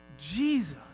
Jesus